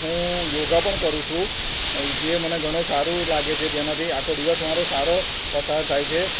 હું યોગા પણ કરું છું જે મને ઘણું સારું લાગે છે જેનાથી આખો દિવસ મારો સારો પસાર થાય છે